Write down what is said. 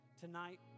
Tonight